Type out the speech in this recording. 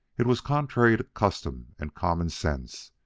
it was contrary to custom and common sense,